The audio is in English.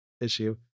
issue